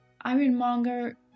Ironmonger